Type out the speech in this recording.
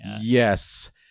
Yes